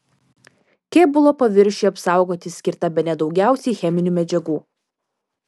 kėbulo paviršiui apsaugoti skirta bene daugiausiai cheminių medžiagų